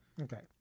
Okay